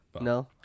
No